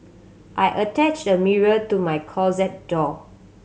I attached a mirror to my closet door